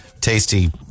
tasty